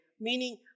meaning